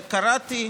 קראתי